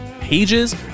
pages